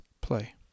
play